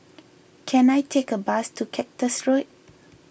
can I take a bus to Cactus Road